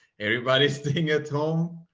everybody's staying at home.